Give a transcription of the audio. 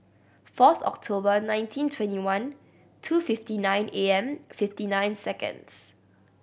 fourth October nineteen twenty one two fifty nine A M fifty nine seconds